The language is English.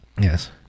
Yes